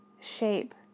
shape